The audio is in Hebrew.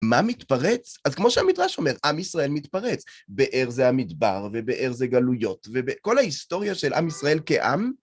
מה מתפרץ? אז כמו שהמדרש אומר, עם ישראל מתפרץ. באר זה המדבר, ובאר זה גלויות, ובכל ההיסטוריה של עם ישראל כעם,